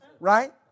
right